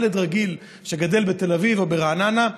ילד רגיל שגדל בתל אביב או ברעננה,